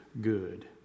good